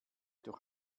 durch